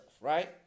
right